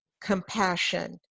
compassion